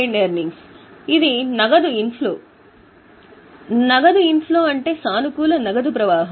యిన్ flow అంటే సానుకూల నగదు ప్రవాహం